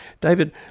David